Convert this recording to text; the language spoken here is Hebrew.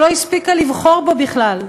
שלא הספיקה לבחור בו בכלל.